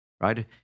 Right